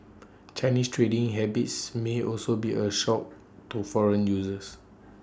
Chinese trading habits may also be A shock to foreign users